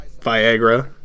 Viagra